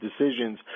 decisions